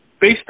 based